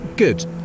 good